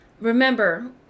remember